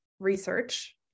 Research